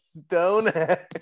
stonehead